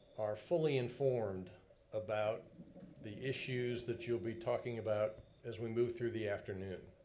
are fully informed about the issues that you'll be talking about as we move through the afternoon.